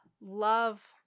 love